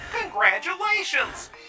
Congratulations